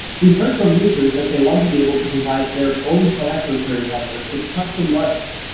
we've heard from users that they want to be able to provide their own selector query handlers with custom logic.